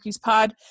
pod